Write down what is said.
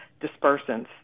Dispersants